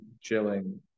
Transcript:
chilling